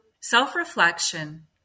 self-reflection